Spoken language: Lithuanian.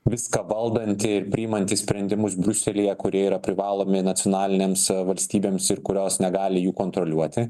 viską valdanti priimanti sprendimus briuselyje kurie yra privalomi nacionalinėms valstybėms ir kurios negali jų kontroliuoti